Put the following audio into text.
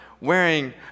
wearing